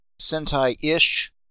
Sentai-ish